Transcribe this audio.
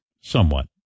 Somewhat